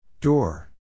Door